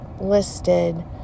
listed